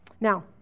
Now